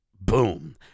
boom